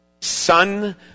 son